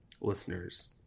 listeners